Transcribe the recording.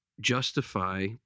justify